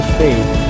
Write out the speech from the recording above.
faith